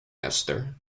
esther